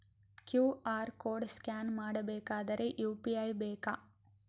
QR code scan ಮಾಡಬೇಕಾದರೆ UPI ಬೇಕಾ?